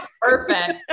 Perfect